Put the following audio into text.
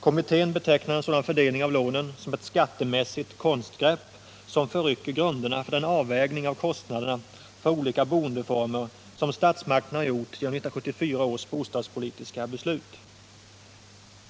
Kommittén betecknar en sådan fördelning av lånen som ett skattemässigt konstgrepp, som förrycker grunderna för den avvägning av kost 51 naderna för olika boendeformer som statsmakterna gjort genom 1974 års bostadspolitiska beslut.